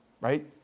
Right